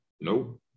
Nope